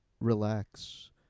relax